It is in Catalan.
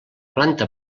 planta